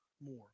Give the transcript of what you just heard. more